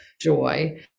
joy